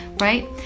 Right